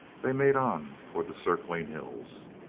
they made on toward the circling hills.